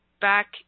back